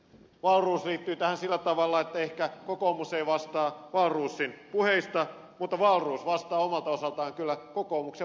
wahlroos liittyy tähän sillä tavalla että ehkä kokoomus ei vastaa wahlroosin puheista mutta wahlroos vastaa kyllä omalta osaltaan kokoomuksen vaalirahoituksesta